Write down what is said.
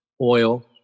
oil